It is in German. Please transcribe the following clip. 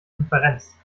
konferenz